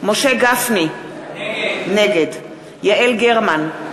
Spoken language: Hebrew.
משה גפני, נגד יעל גרמן,